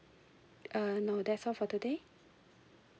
uh no that's all for today